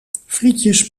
frietjes